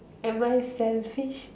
am I selfish